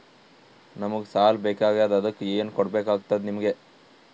ನಮಗ ಸಾಲ ಬೇಕಾಗ್ಯದ ಅದಕ್ಕ ಏನು ಕೊಡಬೇಕಾಗ್ತದ ನಿಮಗೆ?